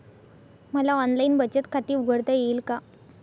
मला ऑनलाइन बचत खाते उघडता येईल का?